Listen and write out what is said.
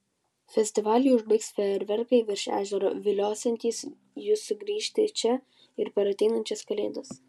festivalį užbaigs fejerverkai virš ežero viliosiantys jus sugrįžti čia ir per ateinančias kalėdas